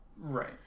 Right